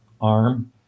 arm